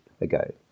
ago